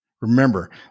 Remember